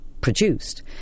produced